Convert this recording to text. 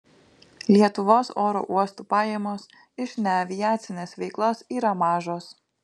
lietuvos oro uostų pajamos iš neaviacinės veiklos yra mažos